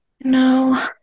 no